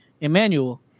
Emmanuel